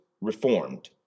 reformed